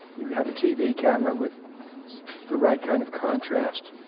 you have a tv camera with the right kind of contrast,